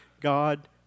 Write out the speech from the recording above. God